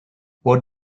what